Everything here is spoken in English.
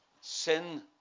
sin